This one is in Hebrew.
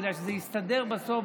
בגלל שזה הסתדר בסוף,